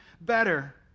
better